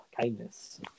kindness